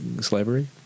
slavery